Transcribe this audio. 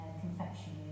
confectionery